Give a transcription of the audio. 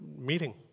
meeting